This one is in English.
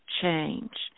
change